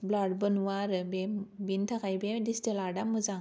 blur बो नुवा आरो बेनि थाखाय बे डिजिटेल आर्ट आ मोजां